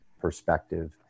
perspective